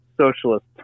socialist